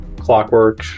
clockwork